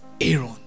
Aaron